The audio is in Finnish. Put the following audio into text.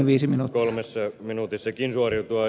yritän kolmessa minuutissakin suoriutua